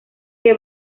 que